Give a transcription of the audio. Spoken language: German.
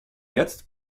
jetzt